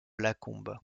lacombe